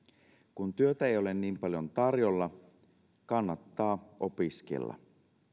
kun työtä ei ole niin paljon tarjolla kannattaa opiskella